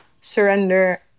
Surrender